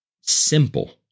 simple